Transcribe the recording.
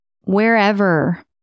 wherever